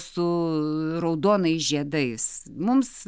su raudonais žiedais mums